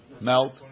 melt